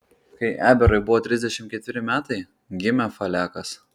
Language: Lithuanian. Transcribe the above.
kai eberui buvo trisdešimt ketveri metai gimė falekas